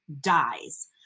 dies